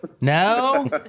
No